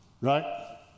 Right